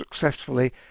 successfully